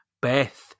Beth